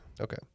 Okay